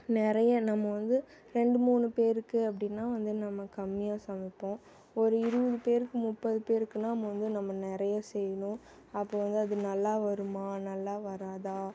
நிறைய நம்ப வந்து ரெண்டு மூணு பேருக்கு அப்படினா வந்து நம்ம கம்மியாக சமைப்போம் ஒரு இருபது பேருக்கு முப்பது பேருக்குனால் நம்ம வந்து நம்ம நிறைய செய்யணும் அப்போது வந்து அது நல்லா வருமா நல்லா வராதா